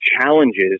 challenges